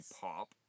pop